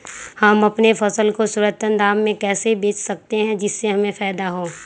हम अपनी फसल को सर्वोत्तम दाम में कैसे बेच सकते हैं जिससे हमें फायदा हो?